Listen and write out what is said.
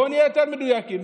בוא נהיה יותר מדויקים.